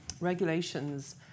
regulations